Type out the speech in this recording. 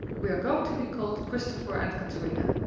we are going to be called christopher and katrina.